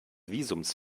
visums